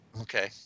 okay